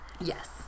Yes